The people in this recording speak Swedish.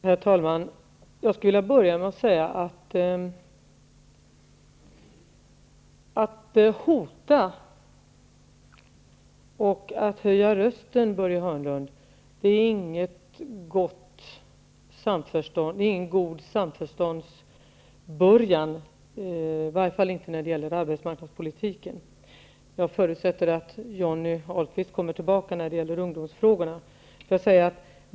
Herr talman! Att hota och höja rösten, Börje Hörnlund, är ingen god samförståndsbörjan, i varje fall inte när det gäller arbetsmarknadspolitiken. Jag förutsätter att Johnny Ahlqvist kommer att kommentera ungdomsfrågorna.